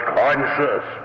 conscious